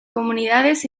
comunidades